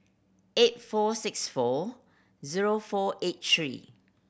eight four six four zero four eight three